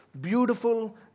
beautiful